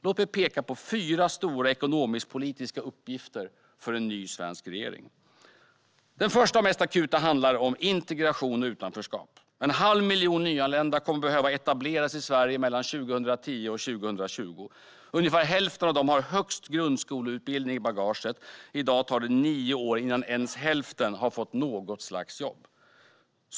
Låt mig peka på fyra stora ekonomisk-politiska uppgifter för en ny svensk regering. Den första och mest akuta handlar om integration och utanförskap. En halv miljon nyanlända kommer att behöva etableras i Sverige mellan 2010 och 2020. Ungefär hälften av dem har högst grundskoleutbildning i bagaget. I dag tar det nio år innan ens hälften fått något slags jobb.